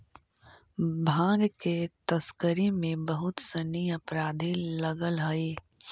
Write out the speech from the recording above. भाँग के तस्करी में बहुत सनि अपराधी लगल हइ